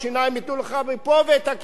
ואת הרנטה תקבל מפה.